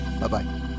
Bye-bye